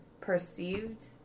perceived